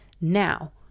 Now